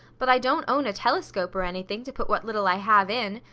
but i don't own a telescope or anything to put what little i have in,